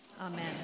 Amen